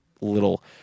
little